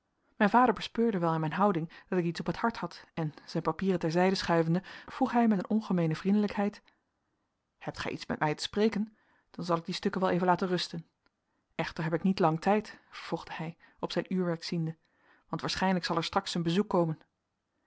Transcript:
mijn vader bespeurde wel aan mijn houding dat ik iets op het hart had en zijn papieren ter zijde schuivende vroeg hij met een ongemeene vriendelijkheid hebt gij iets met mij te spreken dan zal ik die stukken wel even laten rusten echter heb ik niet lang tijd vervolgde hij op zijn uurwerk ziende want waarschijnlijk zal er straks een bezoek komen